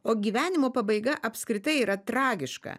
o gyvenimo pabaiga apskritai yra tragiška